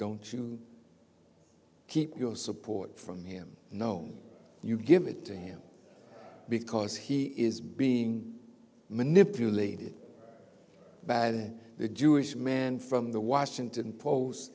don't you keep your support from him no you give it to him because he is being manipulated by the jewish man from the washington post